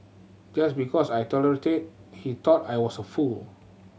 just because I tolerated he thought I was a fool